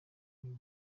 kimwe